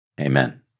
Amen